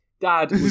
Dad